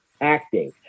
acting